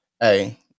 Hey